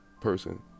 person